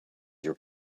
your